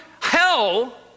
hell